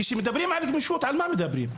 כשמדברים על גמישות על מה מדברים?